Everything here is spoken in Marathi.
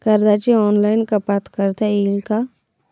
कर्जाची ऑनलाईन कपात करता येईल का?